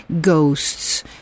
ghosts